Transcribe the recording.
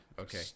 Okay